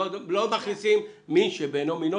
לא מכניסים מין בשאינו מינו.